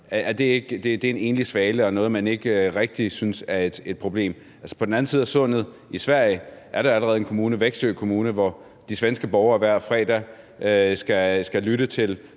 er det en enlig svale og noget, man ikke rigtig synes er et problem? På den anden side af sundet, i Sverige, er der allerede en kommune, Väksjö kommune, hvor de svenske borgere hver fredag skal lytte til